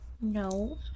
no